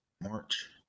March